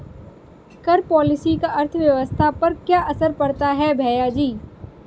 कर पॉलिसी का अर्थव्यवस्था पर क्या असर पड़ता है, भैयाजी?